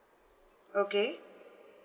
okay